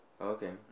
Okay